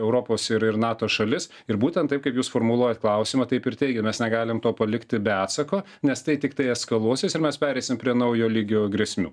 europos ir ir nato šalis ir būtent taip kaip jūs formuluojat klausimą taip ir teigia mes negalim to palikti be atsako nes tai tiktai eskaluosis ir mes pereisim prie naujo lygio grėsmių